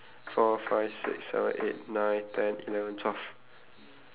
okay okay so we have twelve already lor one two three